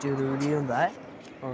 जरूरी होंदा ऐ होर